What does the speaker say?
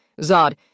Zod